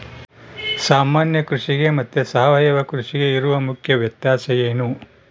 ಸಾಮಾನ್ಯ ಕೃಷಿಗೆ ಮತ್ತೆ ಸಾವಯವ ಕೃಷಿಗೆ ಇರುವ ಮುಖ್ಯ ವ್ಯತ್ಯಾಸ ಏನು?